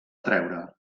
treure